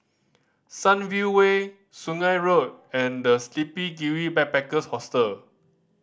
Sunview Way Sungei Road and The Sleepy Kiwi Backpackers Hostel